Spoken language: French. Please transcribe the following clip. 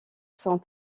sont